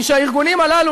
היא שהארגונים הללו,